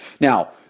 Now